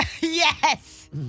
yes